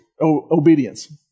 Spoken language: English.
obedience